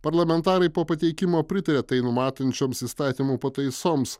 parlamentarai po pateikimo pritarė tai numatančioms įstatymų pataisoms